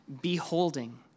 beholding